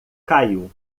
caiu